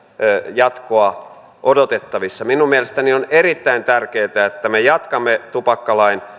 jatkoa odotettavissa minun mielestäni on erittäin tärkeätä että me jatkamme tupakkalain